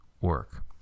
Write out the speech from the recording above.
work